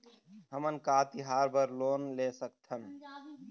हमन का तिहार बर लोन ले सकथन?